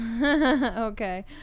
okay